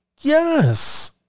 yes